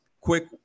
Quick